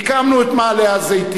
הקמנו את מעלה-הזיתים,